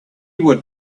would